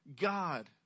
god